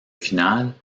finale